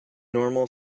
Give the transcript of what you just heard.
normal